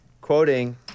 quoting